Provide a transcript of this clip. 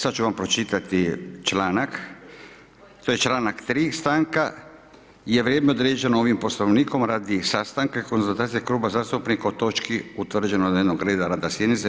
Sad ću vam pročitati članak, to je članak 3: Stanka je vrijeme određeno ovim Poslovnikom radi sastanka i konzultacije kluba zastupnika o točki utvrđenog dnevnog reda rada sjednice.